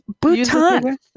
Bhutan